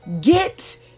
Get